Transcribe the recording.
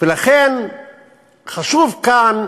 ולכן חשוב כאן,